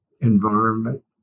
environment